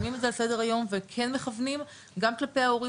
שמים את זה על סדר היום וכן מכוונים גם כלפי ההורים